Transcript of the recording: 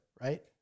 right